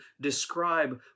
describe